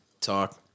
talk